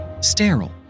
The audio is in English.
sterile